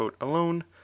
alone